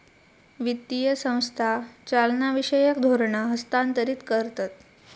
वित्तीय संस्था चालनाविषयक धोरणा हस्थांतरीत करतत